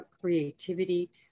creativity